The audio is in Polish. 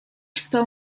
spał